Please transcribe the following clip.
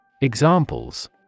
Examples